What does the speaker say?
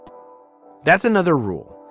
that's another rule.